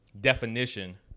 definition